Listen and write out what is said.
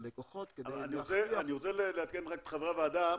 ללקוחות כדי להכריח --- אני רוצה רק לעדכן את חברי הוועדה,